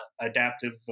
adaptive